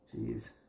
Jeez